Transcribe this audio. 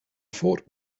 fort